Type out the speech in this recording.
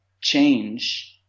change